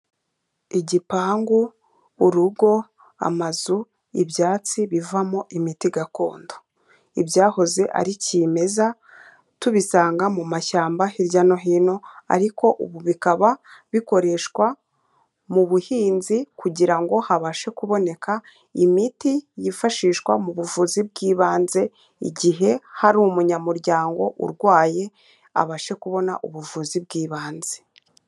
Igipangu, urugo, amazu, ibyatsi bivamo imiti gakondo, ibyahoze ari kimeza tubisanga mu mashyamba hirya no hino ariko ubu bikaba bikoreshwa mu buhinzi kugira ngo habashe kuboneka imiti yifashishwa mu buvuzi bw'ibanze igihe hari umunyamuryango urwaye abashe kubona ubuvuzi bw'ibanze.